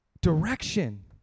direction